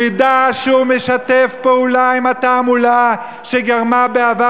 ידע שהוא משתף פעולה עם התעמולה שגרמה בעבר